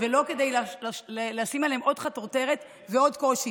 ולא כדי לשים עליהם עוד חטוטרת ועוד קושי,